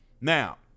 Now